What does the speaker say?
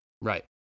Right